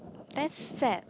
that's sad